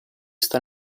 sta